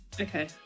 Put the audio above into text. Okay